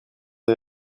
des